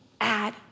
add